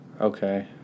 Okay